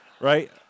right